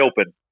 open